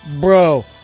Bro